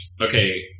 okay